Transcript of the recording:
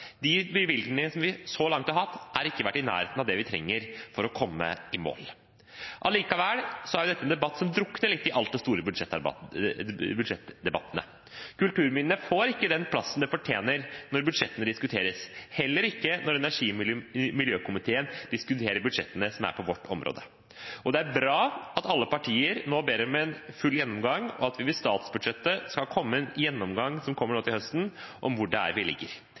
De bevilgningene som vi så langt har hatt, har ikke vært i nærheten av det vi trenger for å komme i mål. Allikevel er dette en debatt som drukner litt i alle de store budsjettdebattene. Kulturminnene får ikke den plassen de fortjener når budsjettene diskuteres, heller ikke når energi- og miljøkomiteen diskuterer budsjettene på vårt område. Det er bra at alle partier nå ber om en full gjennomgang i statsbudsjettet som kommer til høsten, av hvor det er vi ligger.